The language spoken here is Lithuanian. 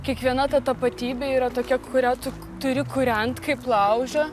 kiekviena ta tapatybė yra tokia kurią tu turi kūrent kaip laužą